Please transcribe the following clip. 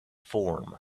form